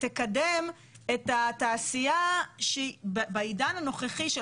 תקדם את התעשייה שהיא בעידן הנוכחי של